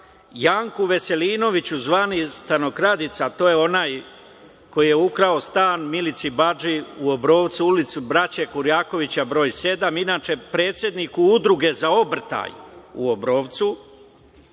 Janku Veselinoviću zvanom stanokradica. To je onaj koji je ukrao stan Milici Badži u Obrovcu, ulica Braće Kurjaković broj 7, inače predsedniku udruge za obrtaj u Obrovcu.